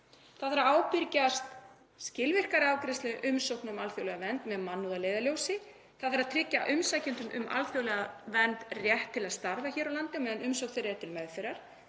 Það þarf að ábyrgjast skilvirkari afgreiðslu umsókna um alþjóðlega vernd með mannúð að leiðarljósi. Það þarf að tryggja umsækjendum um alþjóðlega vernd rétt til að starfa hér á landi á meðan umsókn þeirra er til meðferðar.